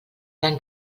gran